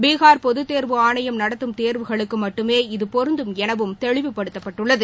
பீஹார் பொதுத்தேர்வு ஆணையம் நடத்தும் தேர்வுகளுக்கு மட்டுமே இது பொருந்தும் என்றும் தெளிவுப்படுத்தப்பட்டுள்ளது